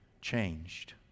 changed